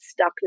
stuckness